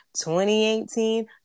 2018